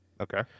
Okay